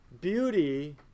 Beauty